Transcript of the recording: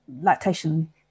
lactation